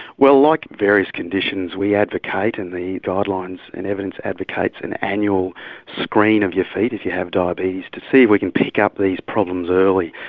well, like various conditions, we advocate, and the guidelines and evidence advocates an annual screen of your feet if you have diabetes to see if we can pick up these problems early.